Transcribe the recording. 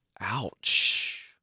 Ouch